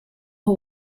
who